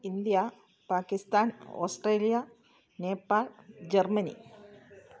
India Pakistan Australia Nepal Germany